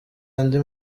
andi